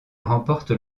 remporte